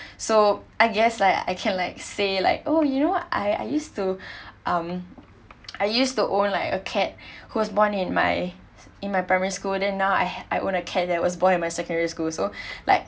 so I guess Iike I can like say like oh you know I I used to um I used to own like a cat who was born in my in my primary school then now I I owned a cat that was born in my secondary school so like